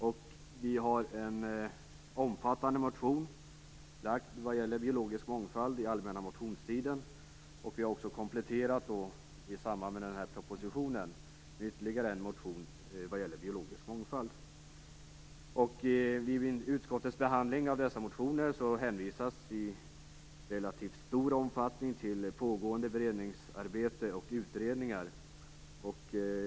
Vi har väckt en omfattande motion om biologisk mångfald i allmänna motionstiden, och vi har också kompletterat i samband med propositionen med ytterligare en motion vad gäller biologisk mångfald. Vid utskottets behandling av dessa motioner hänvisas i relativt stor omfattning till pågående beredningsarbete och utredningar.